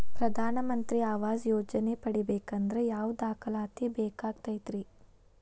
ಪ್ರಧಾನ ಮಂತ್ರಿ ಆವಾಸ್ ಯೋಜನೆ ಪಡಿಬೇಕಂದ್ರ ಯಾವ ದಾಖಲಾತಿ ಬೇಕಾಗತೈತ್ರಿ?